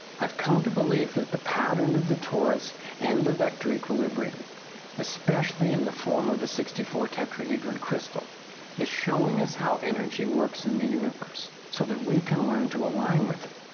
i've come to believe that the pattern of the torus and the vector equilibrium especially in the form of the sixty four tetrahedron crystal is showing us how energy works in the universe so that we can learn to align with it.